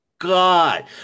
God